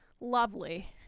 lovely